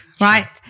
right